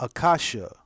Akasha